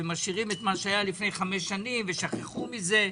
ומשאירים את מה שהיה לפני חמש שנים ושכחו ממנו.